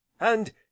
And